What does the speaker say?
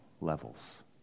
levels